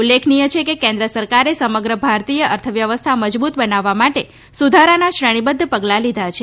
ઉલ્લેખનીય છે કે કેન્દ્ર સરકારે સમગ્ર ભારતીય અર્થવ્યવસ્થા મજબૂત બનાવવા માટે સુધારાન શ્રેણીબદ્ધ પગલાં લીધા છે